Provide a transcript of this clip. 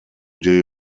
die